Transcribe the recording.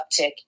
uptick